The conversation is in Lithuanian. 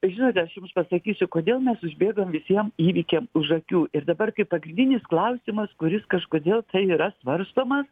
žinote aš jums pasakysiu kodėl mes užbėgam visiem įvykiam už akių ir dabar kai pagrindinis klausimas kuris kažkodėl tai yra svarstomas